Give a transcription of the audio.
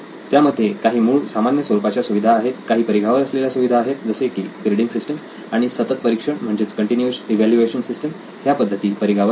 त्यामध्ये काही मूळ सामान्य स्वरूपाच्या सुविधा आहेत काही परिघावर असलेल्या सुविधा आहेत जसे की ग्रेडिंग सिस्टम आणि सतत परीक्षण म्हणजेच कंटीन्यूअस ईव्हॅल्युएशन सिस्टीम ह्या पद्धती परिघावर आहेत